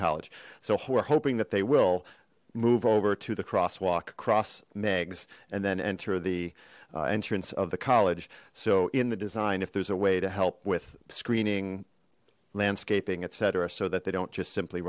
college so we're hoping that they will move over to the crosswalk cross meigs and then enter the entrance of the college so in the design if there's a way to help with screening landscaping etc so that they don't just simply